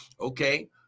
okay